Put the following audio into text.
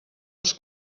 els